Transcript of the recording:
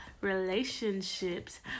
relationships